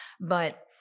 But-